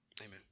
Amen